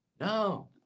No